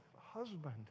husband